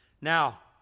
Now